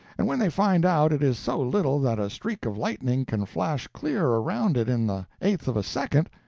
and when they find out it is so little that a streak of lightning can flash clear around it in the eighth of a second,